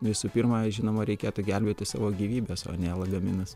visų pirma žinoma reikėtų gelbėti savo gyvybes o ne lagaminus